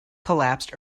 collapsed